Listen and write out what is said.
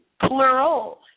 plural